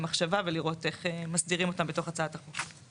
מחשבה ולראות איך מסדירים אותם בתוך הצעת החוק.